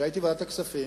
שהיה אתי בוועדת הכספים,